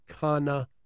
Kana